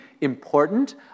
important